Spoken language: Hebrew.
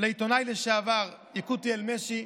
לעיתונאי לשעבר יקותיאל משי,